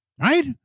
Right